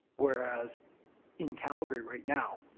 whereas in calgary right now,